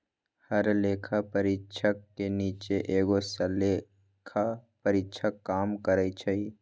हर लेखा परीक्षक के नीचे एगो सहलेखा परीक्षक काम करई छई